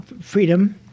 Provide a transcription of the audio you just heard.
freedom